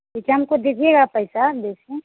ऐसे हमको दिजिएगा पैसा देखें